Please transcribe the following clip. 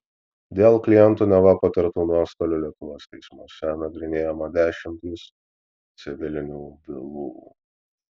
dėl klientų neva patirtų nuostolių lietuvos teismuose nagrinėjama dešimtys civilinių bylų